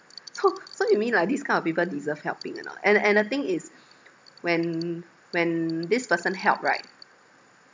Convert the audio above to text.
so so you mean like this kind of people deserve helping or not and and the thing is when when this person help right